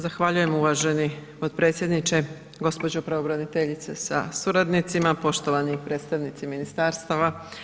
Zahvaljujem uvaženi potpredsjedniče, gđo. pravobraniteljice sa suradnicima, poštivani predstavnici ministarstava.